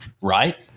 right